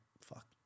fuck